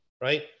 right